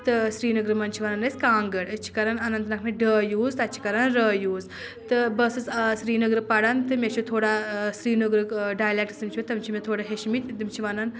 تہٕ سری نگرٕ منٛز چھِ ونان أسۍ کانٛگٕر أسۍ چھِ کَران اننت ناگ ڈٲ یوٗز تَتہِ چھِ کران رٲ یوٗز تہٕ بہٕ ٲسٕس آ سرینگرٕ پَران تہٕ مےٚ چھُ تھوڑا سرینگرُک ڈایلٮ۪کٹٕس تِم چھِ مےٚ تھوڑا ہیٚچھمٕتۍ تِم چھِ ونان